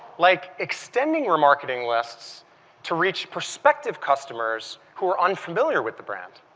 like extending remarketing lists to reach prospect active customers who are unfamiliar with the brand.